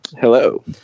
Hello